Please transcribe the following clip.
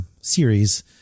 series